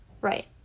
Right